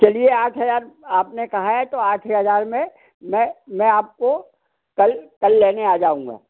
चलिए आठ हज़ार आपने कहा है तो आठ ही हजज़ार में मैं मैं आपको कल कल लेने आ जाऊँगा